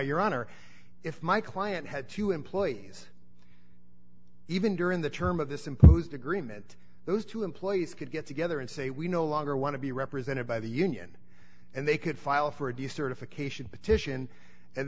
your honor if my client had two employees even during the term of this imposed agreement those two employees could get together and say we no longer want to be represented by the union and they could file for a new certification petition and